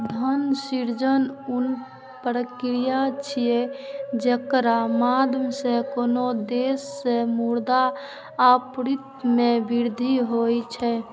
धन सृजन ऊ प्रक्रिया छियै, जेकरा माध्यम सं कोनो देश मे मुद्रा आपूर्ति मे वृद्धि होइ छै